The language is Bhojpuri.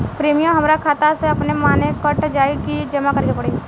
प्रीमियम हमरा खाता से अपने माने कट जाई की जमा करे के पड़ी?